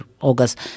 August